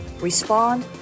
respond